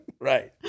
right